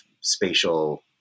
spatial